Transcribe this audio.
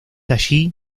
allí